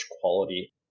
quality